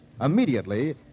Immediately